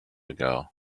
ago